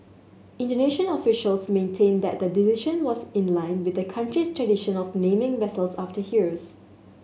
Indonesian officials maintained that the decision was in line with the country's tradition of naming vessels after heroes